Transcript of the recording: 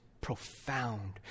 profound